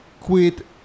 quit